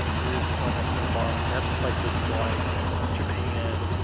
if there is there's almost no borrowing, and that's places like japan,